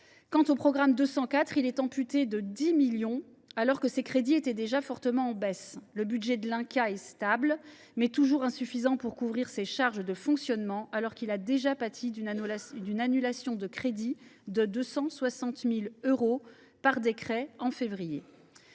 Quant au programme 204, vous prévoyez de l’amputer de 10 millions d’euros, alors que ses crédits étaient déjà fortement en baisse. Le budget de l’Inca est stable, mais toujours insuffisant pour couvrir ses charges de fonctionnement, alors qu’il a déjà pâti d’une annulation de crédits de 260 000 euros par décret en février